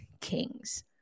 Kings